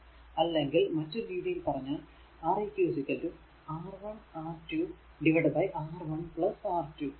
അല്ലെങ്കിൽ മറ്റൊരു രീതിയിൽ പറഞ്ഞാൽ R eq R1 R2 R1 R2